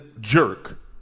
jerk